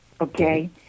okay